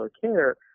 care